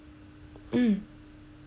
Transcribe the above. mm